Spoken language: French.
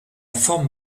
forme